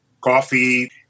coffee